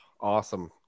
Awesome